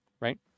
Right